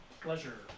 pleasure